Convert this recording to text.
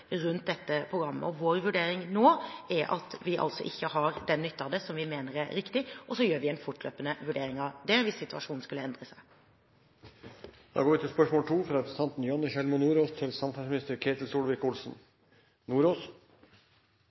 at vi altså ikke har den nytte av det som vi mener er riktig, og så gjør vi en fortløpende vurdering av det hvis situasjonen skulle endre seg. Jeg tillater meg å stille spørsmål